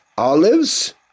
Olives